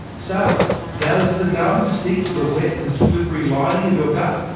so does the gum stick to the wet and slippery lining of your gut?